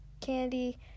candy